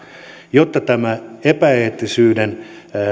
jotta tämä epäeettisyyden